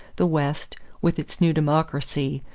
the west, with its new democracy,